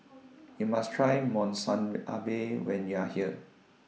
YOU must Try Monsunabe when YOU Are here